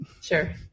Sure